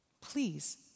please